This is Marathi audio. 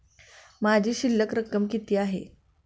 माझी शिल्लक रक्कम किती आहे?